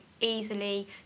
easily